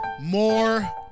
more